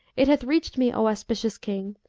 it hath reached me, o auspicious king,